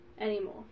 anymore